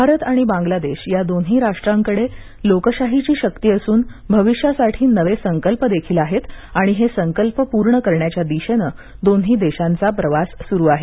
भारत आणि बांगलादेश या दोन्ही राष्ट्रांकडे लोकशाहीची शक्ती असून भविष्यासाठी नवे संकल्प देखील आहेत आणि हे संकल्प पूर्ण करण्याच्या दिशेनं दोन्ही देशांचा प्रवास सुरु आहेत